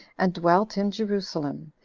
and dwelt in jerusalem,